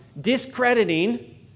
discrediting